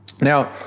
Now